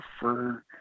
prefer